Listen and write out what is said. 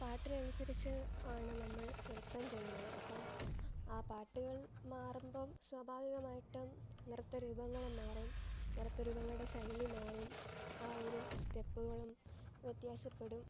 പാട്ടിനനുസരിച്ച് ആണ് നമ്മൾ നൃത്തം ചെയ്യുന്നത് അപ്പം ആ പാട്ടുകൾ മാറുമ്പോൾ സ്വാഭാവികമായിട്ടും നൃത്തരൂപങ്ങളും മാറും നൃത്തരൂപങ്ങളുടെ ശൈലിമാറും ആ ഒരു സ്റ്റെപ്പുകളും വ്യത്യാസപ്പെടും